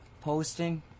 posting